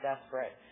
desperate